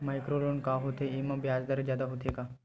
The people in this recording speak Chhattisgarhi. माइक्रो लोन का होथे येमा ब्याज दर जादा होथे का?